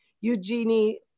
Eugenie